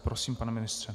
Prosím, pane ministře.